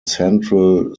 central